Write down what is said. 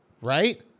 Right